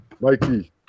Mikey